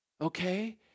Okay